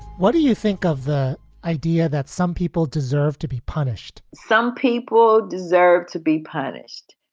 what do you think of the idea that some people deserve to be punished? some people deserve to be punished?